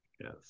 yes